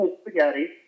spaghetti